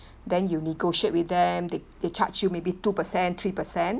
then you negotiate with them they they charge you maybe two percent three percent